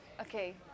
Okay